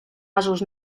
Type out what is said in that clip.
gasos